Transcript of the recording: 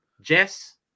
Jess